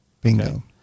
Bingo